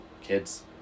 kids